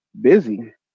Busy